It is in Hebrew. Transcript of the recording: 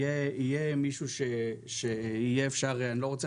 יהיה מישהו שאפשר יהיה אני לא רוצה